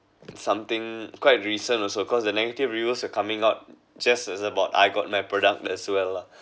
something quite recent also cause the negative reviews are coming out just as about I got my product as well lah